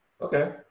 Okay